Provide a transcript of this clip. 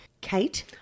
Kate